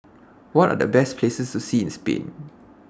What Are The Best Places to See in Spain